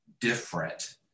different